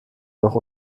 noch